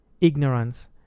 ignorance